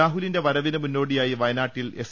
രാഹുലിന്റെ വരവിന് മുന്നോടിയായി വയനാട്ടിൽ എസ്